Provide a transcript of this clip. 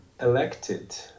elected